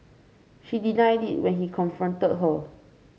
she denied it when he confronted her